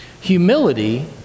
Humility